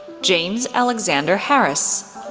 james alexander harris,